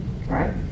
right